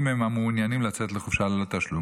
הם המעוניינים לצאת לחופשה ללא תשלום,